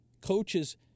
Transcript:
Coaches